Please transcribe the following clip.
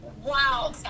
Wow